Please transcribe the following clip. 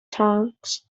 trunks